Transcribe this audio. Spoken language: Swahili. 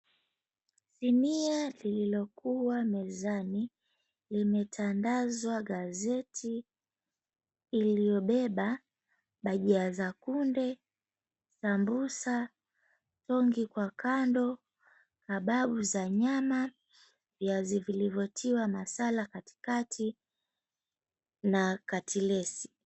Sinia lililokuwa mezani limetandazwa gazeti iliyobeba bajia za kunde, sambusa, strungi kwa kando, hababu za nyama, viazi vilivyotiwa masala karikati na katilesi